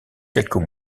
quelques